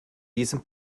diesem